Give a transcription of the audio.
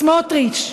סמוטריץ,